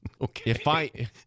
Okay